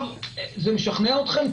זה משכנע אתכם?